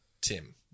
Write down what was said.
tim